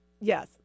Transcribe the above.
Yes